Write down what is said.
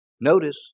Notice